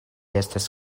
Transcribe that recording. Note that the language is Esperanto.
estas